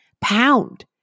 pound